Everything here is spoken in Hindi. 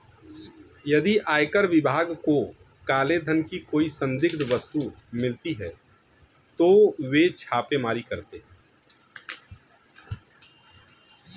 यदि आयकर विभाग को काले धन की कोई संदिग्ध वस्तु मिलती है तो वे छापेमारी करते हैं